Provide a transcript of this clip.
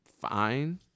fine